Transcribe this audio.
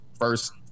First